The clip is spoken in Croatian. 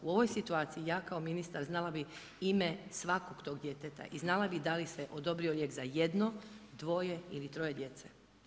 U ovoj situaciji ja kao ministar znala bi ime svakog tog djeteta i znala bi da li se odobrio lijek za jedno, dvoje ili troje djece.